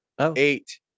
eight